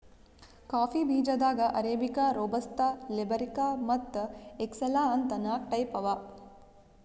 coffee ಬೀಜಾದಾಗ್ arabica, robusta, liberica ಮತ್ತ್ excelsa ಅಂತ್ ನಾಕ್ ಟೈಪ್ ಅವಾ